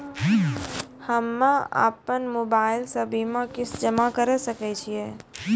हम्मे अपन मोबाइल से बीमा किस्त जमा करें सकय छियै?